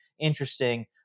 interesting